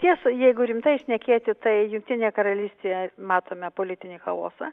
tiesa jeigu rimtai šnekėti tai jungtinėje karalystėje matome politinį chaosą